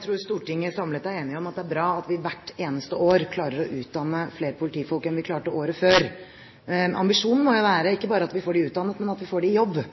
tror Stortinget samlet er enige om at det er bra at vi hvert eneste år klarer å utdanne flere politifolk enn vi klarte året før. Ambisjonen må være ikke bare at vi får dem utdannet, men at vi får dem i jobb.